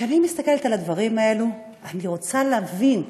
וכשאני מסתכלת על הדברים האלה אני רוצה להבין,